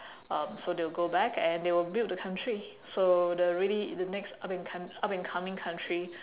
um so they will go back and they will build the country so the ready the next up com~ up and coming country